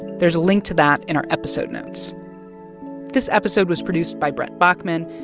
there's a link to that in our episode notes this episode was produced by brent baughman,